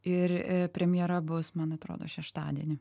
ir premjera bus man atrodo šeštadienį